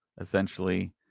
essentially